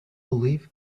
believe